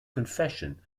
confession